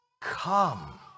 come